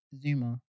Zuma